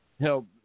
help